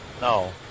No